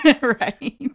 Right